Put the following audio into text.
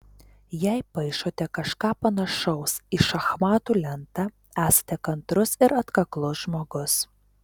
jei paišote kažką panašaus į šachmatų lentą esate kantrus ir atkaklus žmogus